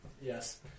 yes